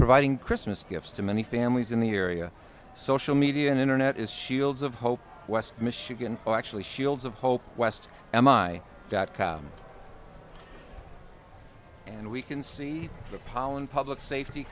providing christmas gifts to many families in the area social media and internet is shields of hope west michigan well actually shields of hope west am i dot com and we can see the pollen public safety